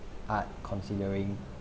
art considering